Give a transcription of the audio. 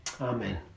Amen